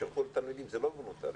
זה לא וולונטרי,